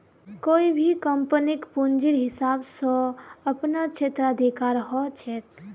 कोई भी कम्पनीक पूंजीर हिसाब स अपनार क्षेत्राधिकार ह छेक